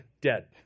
dead